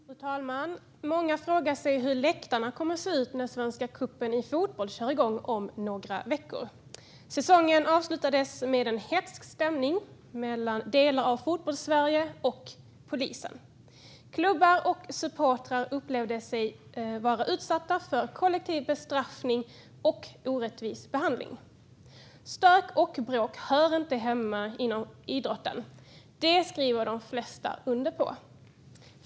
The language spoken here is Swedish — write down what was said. Fru talman! Många frågar sig hur läktarna kommer att se ut när Svenska Cupen i fotboll kör igång om några veckor. Säsongen avslutades med en hätsk stämning mellan delar av Fotbollssverige och polisen. Klubbar och supportrar upplevde sig vara utsatta för kollektiv bestraffning och orättvis behandling. Stök och bråk hör inte hemma inom idrotten; det skriver de flesta under på.